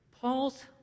Paul's